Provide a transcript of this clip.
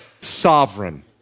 sovereign